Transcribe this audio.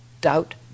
doubt